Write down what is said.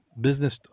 business